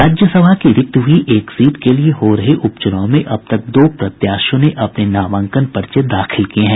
राज्यसभा की रिक्त हुई एक सीट के लिए हो रहे उपचुनाव में अब तक दो प्रत्याशियों ने अपने नामांकन पर्चे दाखिल किये हैं